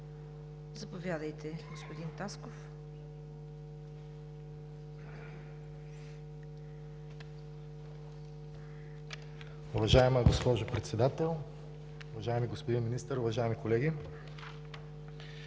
Заповядайте, господин Тасков.